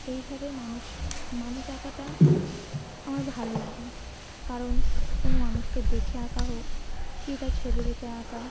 এইভাবে মানুষ মানুষ আঁকাটা আমার ভালো লাগে কারণ কোনও মানুষকে দেখে আঁকা হোক কী তার ছবি দেখে আঁকা